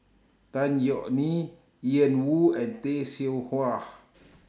Tan Yeok Nee Ian Woo and Tay Seow Huah